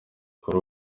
kuri